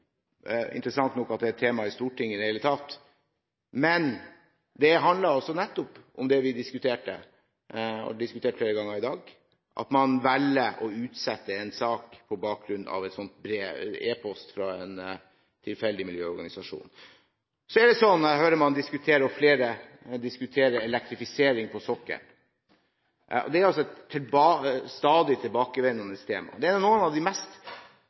interessant nok at det i det hele tatt er et tema i Stortinget. Men det handler nettopp om det vi diskuterte, og har diskutert flere ganger i dag: at man velger å utsette en sak på bakgrunn av en e-post fra en tilfeldig miljøorganisasjon. Jeg hører at flere diskuterer elektrifisering på sokkelen. Det er et stadig tilbakevendende tema. Det er noen av de